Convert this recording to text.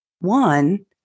One